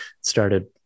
started